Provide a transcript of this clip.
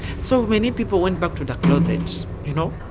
so many people went back to the closet, you know.